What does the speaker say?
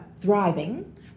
thriving